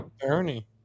bernie